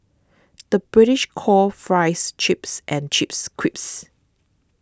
the British calls Fries Chips and chips crips